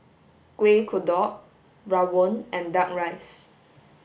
Kueh Kodok Rawon and duck rice